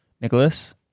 nicholas